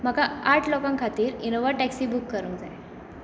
म्हाका आठ लोकां खातीर इनोवा टॅक्सी बूक करूंक जाय